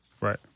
right